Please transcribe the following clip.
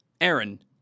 Aaron